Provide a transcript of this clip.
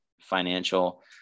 financial